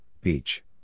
Beach